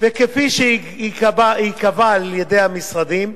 וכפי שייקבע על-ידי המשרדים,